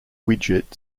widget